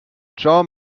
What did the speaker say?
jean